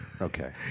okay